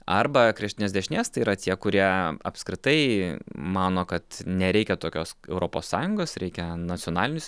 arba kraštinės dešinės tai yra tie kurie apskritai mano kad nereikia tokios europos sąjungos reikia nacionalinius